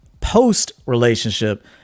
post-relationship